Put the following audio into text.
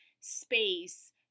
space